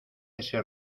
ese